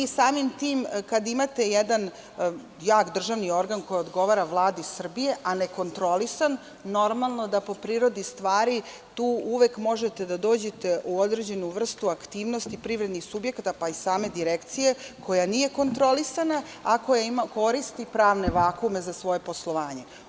Samim tim kada imate jedan jak državni organ koji odgovara Vladi Srbije, a ne kontrolisan, normalno da po prirodi stvari tu uvek možete da dođete u određenu vrstu aktivnosti privrednih subjekata, pa i same Direkcije koja nije kontrolisana a koja ima koristi, pravne vakume za svoje poslovanje.